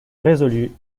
résolu